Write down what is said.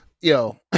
yo